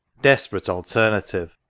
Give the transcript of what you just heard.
desperate alternative!